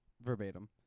Verbatim